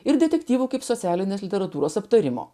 ir detektyvų kaip socialinės literatūros aptarimo